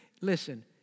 Listen